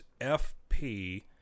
FP